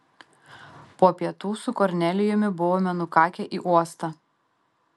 po pietų su kornelijumi buvome nukakę į uostą